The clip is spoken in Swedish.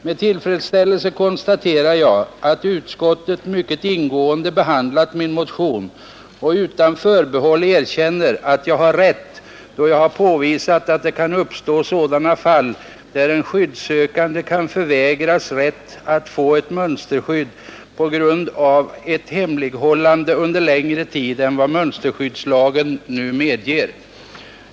Med tillfredsställelse konstaterar jag att utskottet mycket ingående behandlat min motion och utan förbehåll erkänner att jag har rätt då jag påvisar att det kan uppstå fall då en skyddssökande förvägras rätt att få ett mönsterskydd på grund av ett hemlighållande under längre tid än vad mönsterskyddslagen nu medger.